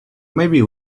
maybe